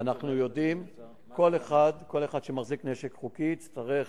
אנחנו יודעים, כל אחד שמחזיק נשק חוקי יצטרך,